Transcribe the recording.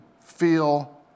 feel